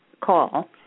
call